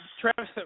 Travis